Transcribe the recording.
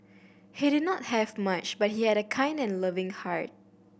he did not have much but he had a kind and loving heart